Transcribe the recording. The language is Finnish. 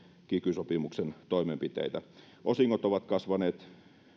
kiky sopimuksen toimenpiteitä osingot ovat kasvaneet